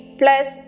plus